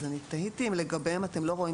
אז אני תהיתי אם לגביהם אתם לא רואים